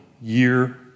year